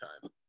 time